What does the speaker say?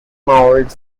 mould